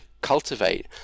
cultivate